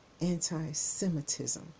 anti-Semitism